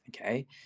Okay